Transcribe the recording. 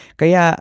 kaya